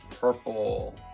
purple